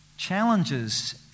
challenges